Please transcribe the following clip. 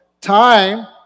time